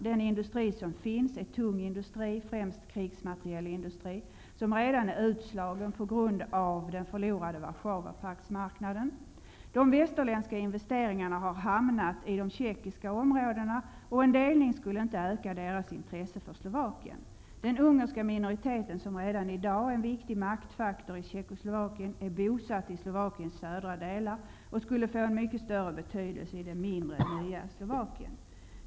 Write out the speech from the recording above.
Den industri som finns är tung industri, främst krigsmaterielindustri, som redan är utslagen på grund av den förlorade Warszawapaktsmarknaden. De västerländska investeringarna har hamnat i de tjeckiska områdena, och en delning skulle inte öka intresset för Slovakien. Den ungerska minoriteten, som redan i dag är en viktig maktfaktor i Tjeckoslovakien, är bosatt i Slovakiens södra delar och skulle få en mycket större betydelse i det nya, mindre Slovakien.